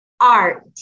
art